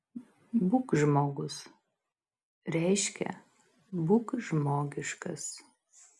būk žmogus reiškia būk žmogiškas